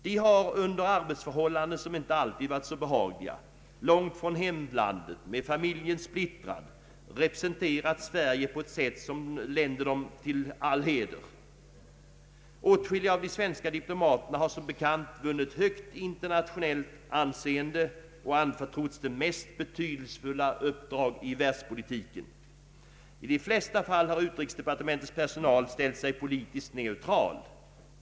Den har, under arbetsförhållanden som inte alltid varit så behagliga — långt från hemlandet och med familjen splittrad — representerat Sverige på ett sätt som länder den till all heder. Åtskilliga av de svenska diplomaterna har som bekant vunnit högt internationellt anseende och anförtrotts de mest betydelsefulla uppdrag i världspolitiken. I de flesta fall har utrikesdepartementets personal ställt sig politiskt neutral.